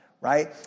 Right